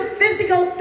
physical